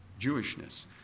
Jewishness